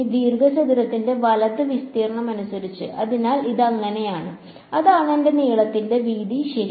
ഈ ദീർഘചതുരത്തിന്റെ വലത് വിസ്തീർണ്ണം അനുസരിച്ച് അതിനാൽ അത് അങ്ങനെയാണ് അതാണ് എന്റെ നീളത്തിന്റെ വീതി ശരി